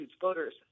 voters